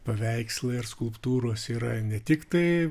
paveikslai ar skulptūros yra ne tik tai